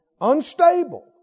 unstable